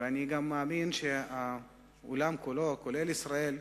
ואני גם מאמין שהעולם כולו, כולל ישראל,